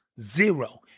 Zero